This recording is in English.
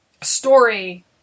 story